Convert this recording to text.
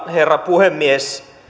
herra puhemies